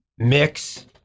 mix